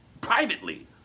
privately